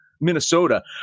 Minnesota